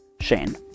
Shane